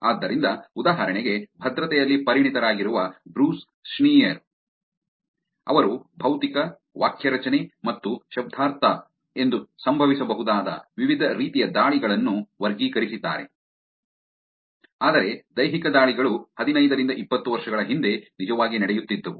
ಆದ್ದರಿಂದ ಉದಾಹರಣೆಗೆ ಭದ್ರತೆಯಲ್ಲಿ ಪರಿಣಿತರಾಗಿರುವ ಬ್ರೂಸ್ ಷ್ನೇಯರ್ ಅವರು ಭೌತಿಕ ವಾಕ್ಯರಚನೆ ಮತ್ತು ಶಬ್ದಾರ್ಥದ ಎಂದು ಸಂಭವಿಸಬಹುದಾದ ವಿವಿಧ ರೀತಿಯ ದಾಳಿಗಳನ್ನು ವರ್ಗೀಕರಿಸಿದ್ದಾರೆ ಆದರೆ ದೈಹಿಕ ದಾಳಿಗಳು ಹದಿನೈದರಿಂದ ಇಪ್ಪತ್ತು ವರ್ಷಗಳ ಹಿಂದೆ ನಿಜವಾಗಿ ನಡೆಯುತ್ತಿದ್ದವು